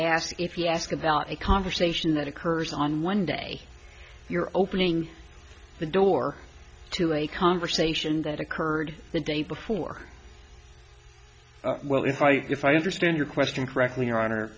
ask if you ask about a conversation that occurs on one day you're opening the door to a conversation that occurred the day before well if i if i understand your question correctly your hon